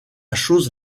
chose